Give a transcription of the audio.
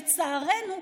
לצערנו,